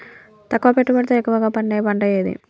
తక్కువ పెట్టుబడితో ఎక్కువగా పండే పంట ఏది?